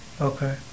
okay